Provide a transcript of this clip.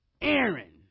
Aaron